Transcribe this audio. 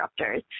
disruptors